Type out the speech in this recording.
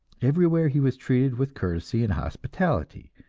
everywhere he was treated with courtesy and hospitality,